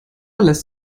lässt